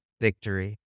victory